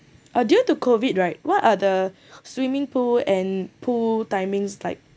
uh due to COVID right what are the swimming pool and pool timings like